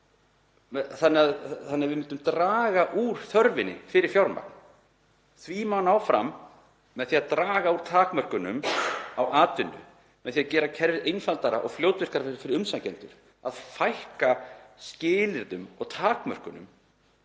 þannig að við myndum draga úr þörfinni fyrir fjármagn. Því má ná fram með því að draga úr takmörkunum á atvinnu, með því að gera kerfið einfaldara og fljótvirkara fyrir umsækjendur, með því að fækka skilyrðum og takmörkunum